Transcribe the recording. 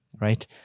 right